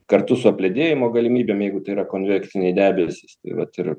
kartu su apledėjimo galimybėm jeigu tai yra konvekciniai debesys tai vat ir